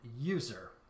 user